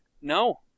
no